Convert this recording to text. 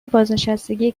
بازنشستگی